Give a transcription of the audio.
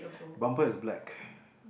bumper is black